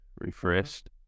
Refreshed